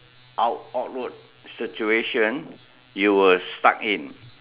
aw awkward situation you were stuck in